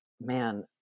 man